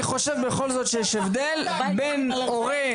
אני חושב בכל זאת שיש הבדל בין הורה,